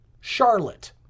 Charlotte